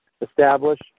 establish